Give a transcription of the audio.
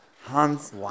hans